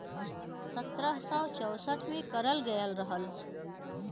सत्रह सौ चौंसठ में करल गयल रहल